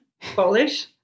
Polish